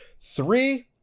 three